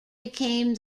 became